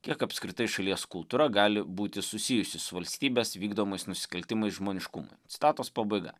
kiek apskritai šalies kultūra gali būti susijusi su valstybės vykdomais nusikaltimais žmoniškumui citatos pabaiga